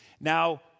Now